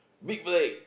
big break